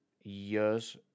years